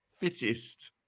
Fittest